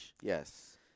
Yes